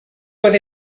oedd